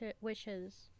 wishes